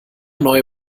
neue